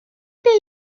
parmi